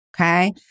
okay